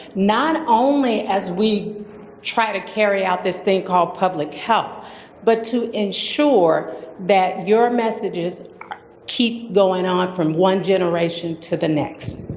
not only as we try to carry out this thing called public health but to ensure that your messages keep going on from one generation to the next.